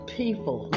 people